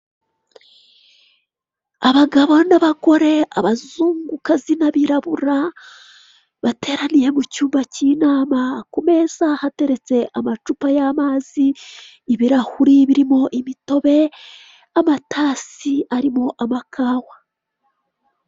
Abagabo n'abagore, abazungukazi n'abirabura bateraniye mu cyumba cy'inama ku meza hateretse amacupa y'amazi ibirahure birimo imitobe, amatasi arimo amakahwa.